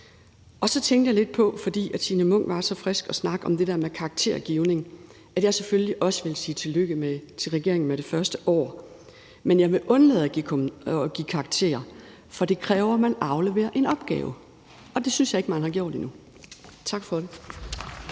og et endnu bedre samarbejde. Signe Munk var så frisk at snakke om det der med karaktergivning, og jeg vil selvfølgelig også sige tillykke til regeringen med det første år, men jeg vil undlade at give karakterer, for det kræver, at man afleverer en opgave, og det synes jeg ikke man har gjort endnu. Tak for ordet.